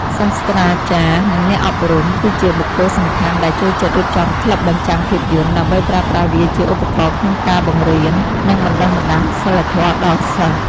សាស្ត្រាចារ្យ និងអ្នកអប់រំ គឺជាបុគ្គលសំខាន់ដែលចូលចិត្តរៀបចំក្លឹបបញ្ចាំងភាពយន្ត ដើម្បីប្រើប្រាស់វាជាឧបករណ៍ក្នុងការបង្រៀន និងបណ្ដុះបណ្ដាលសីលធម៌ដល់សិស្ស។